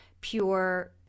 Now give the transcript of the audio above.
pure